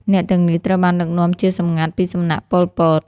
អ្នកទាំងនេះត្រូវបានដឹកនាំជាសម្ងាត់ ពីសំណាក់ ប៉ុល ពត ។